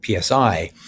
PSI